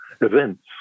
events